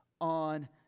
on